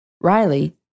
Riley